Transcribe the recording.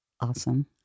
awesome